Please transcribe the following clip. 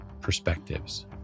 perspectives